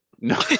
No